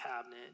cabinet